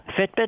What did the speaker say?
Fitbit